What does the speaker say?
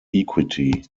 equity